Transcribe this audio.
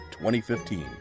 2015